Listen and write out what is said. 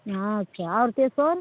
हँ अच्छा आओर तेसर